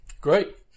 Great